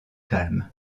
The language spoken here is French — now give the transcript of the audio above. calme